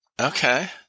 Okay